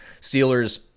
Steelers